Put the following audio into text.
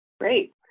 Great